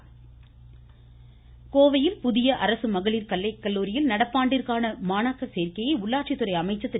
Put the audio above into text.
வேலுமணி கோவையில் புதிய அரசு மகளிர் கலைக்கல்லூரியல் நடப்பாண்டிற்கான மாணவியர் சேர்க்கையை உள்ளாட்சி துறை அமைச்சர் திரு